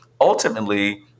ultimately